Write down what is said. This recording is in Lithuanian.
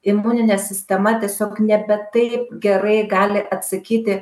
imuninė sistema tiesiog nebe taip gerai gali atsakyti